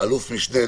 אלוף משנה,